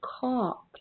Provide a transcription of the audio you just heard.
caught